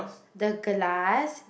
the glass